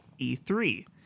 E3